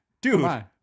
Dude